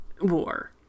war